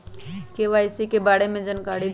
KYC के बारे में जानकारी दहु?